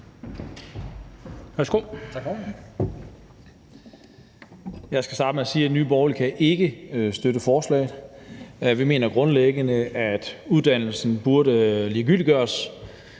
Jeg skal starte med at sige, at Nye Borgerlige ikke kan støtte forslaget. Vi mener grundlæggende, at uddannelsen burde ligegyldiggøres,